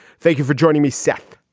thank you for joining me, seth.